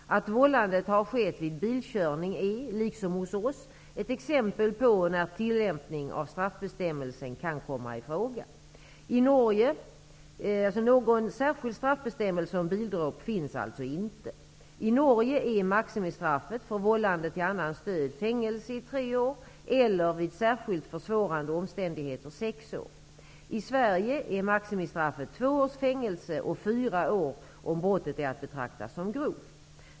Att vållandet har skett vid bilkörning är, liksom hos oss, ett exempel på när tillämpning av straffbestämmelsen kan komma i fråga. Någon särskild straffbestämmelse om bildråp finns alltså inte. I Norge är maximistraffet för vållande till annans död fängelse i tre år, eller vid särskilt försvårande omständigheter sex år. I Sverige är maximistraffet två års fängelse och fyra år om brottet är att betrakta som grovt.